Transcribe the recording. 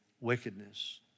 wickedness